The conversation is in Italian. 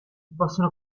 possono